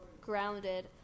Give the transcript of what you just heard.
grounded